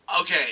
okay